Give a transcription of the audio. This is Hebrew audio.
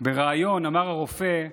בריאיון אמר הרופא: